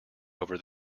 over